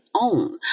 own